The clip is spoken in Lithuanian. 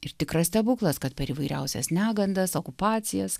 ir tikras stebuklas kad per įvairiausias negandas okupacijas